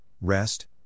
rest